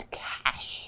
cash